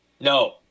no